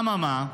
אממה,